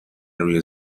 روی